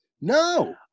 No